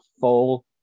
full